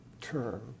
term